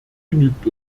genügt